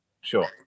Sure